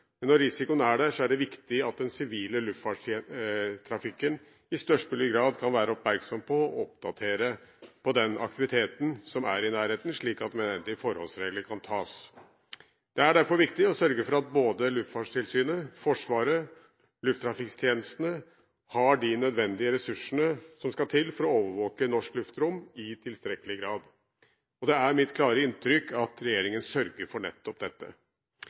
når risikoen er der, er det viktig at den sivile luftfartstrafikken i størst mulig grad kan være oppmerksom på og oppdatere seg på den aktiviteten som er i nærheten, slik at nødvendige forholdsregler kan tas. Det er derfor viktig å sørge for at både Luftfartstilsynet, Forsvaret og lufttrafikktjenestene har de nødvendige ressursene som skal til for å overvåke norsk luftrom i tilstrekkelig grad. Det er mitt klare inntrykk at regjeringen sørger for nettopp dette.